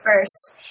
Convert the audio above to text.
first